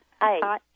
Hi